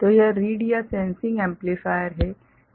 तो यह रीड या सेन्सिंग एम्पलीफायर है